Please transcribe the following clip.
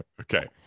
Okay